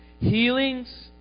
healings